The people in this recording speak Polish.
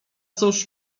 cóż